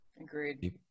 Agreed